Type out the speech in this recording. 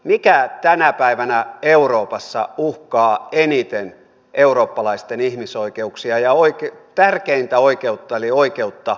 mikä tänä päivänä euroopassa uhkaa eniten eurooppalaisten ihmisoikeuksia ja tärkeintä oikeutta eli oikeutta elämään